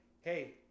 Hey